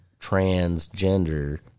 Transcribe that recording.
transgender